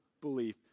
belief